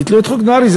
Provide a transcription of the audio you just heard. ביטלו את חוק נהרי.